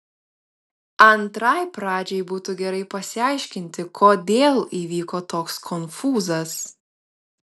antrai pradžiai būtų gerai pasiaiškinti kodėl įvyko toks konfūzas